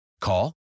Call